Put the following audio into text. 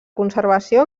conservació